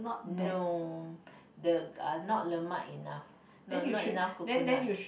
no the uh not lemak enough not not enough coconut